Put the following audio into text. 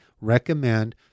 recommend